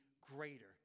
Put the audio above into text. greater